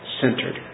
centered